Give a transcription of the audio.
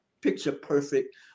picture-perfect